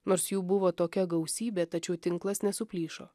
nors jų buvo tokia gausybė tačiau tinklas nesuplyšo